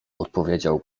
odpowiedział